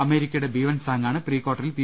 അമേരിക്കയുടെ ബീവൻ സാങ്ങാണ് പ്രീ കാർട്ടറിൽ പി